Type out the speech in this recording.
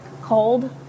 Cold